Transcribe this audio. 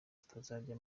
utazajya